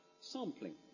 sampling